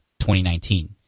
2019